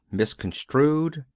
misconstrued,